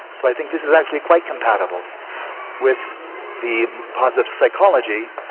so i think this is actually quite compatible with the positive psychology.